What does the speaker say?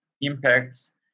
impacts